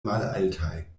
malaltaj